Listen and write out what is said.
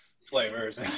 flavors